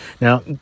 Now